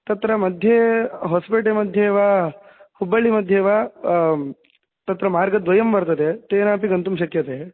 तत्र मध्ये होस्पेटे मध्ये वा हुब्बल्ळि मध्ये वा तत्र मार्गद्वयं वर्तते तेनापि गन्तुं शक्यते